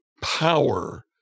power